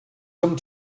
some